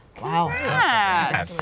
Wow